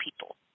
people